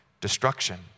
Destruction